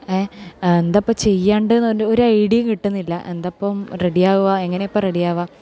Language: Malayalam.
എന്താണ് ഇപ്പം ചെയ്യണ്ടതെന്ന് ഒരു ഐഡിയയും കിട്ടുന്നില്ല എന്താണ് ഇപ്പം റെഡി ആവുക എങ്ങനെ ഇപ്പം റെഡിയാവുക